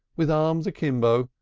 with arms akimbo,